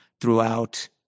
throughout